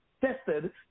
tested